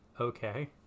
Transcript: Okay